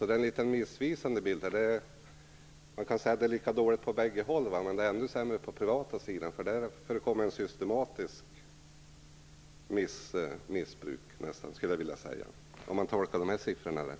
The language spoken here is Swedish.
Det är alltså en något missvisande bild som ges. Man kan säga att det är dåligt på bägge håll, men ännu sämre på den privata sidan. Där förekommer nämligen ett nästan systematiskt missbruk, skulle jag vilja säga, om man tolkar de här siffrorna rätt.